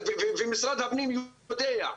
ומשרד הפנים יודע,